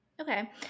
Okay